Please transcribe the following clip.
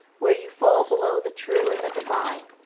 where you fall below the true and the divine,